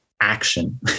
action